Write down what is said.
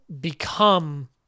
become